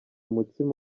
umutsima